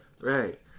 Right